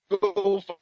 go